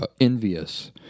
envious